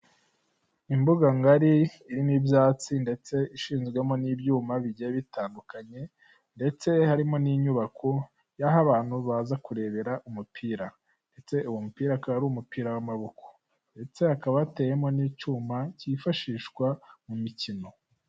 Imbuga ngari irimo ibyatsi ndetse ishinzwemo n'ibyuma bigiye bitandukanye, ndetse harimo n'inyubako y'ahantu abantu baza kurebera umupira ndetse uwo mupira akaba ari umupira w'amaboko ndetse hakaba yateyemo n'icyuma cyifashishwa mu mikino.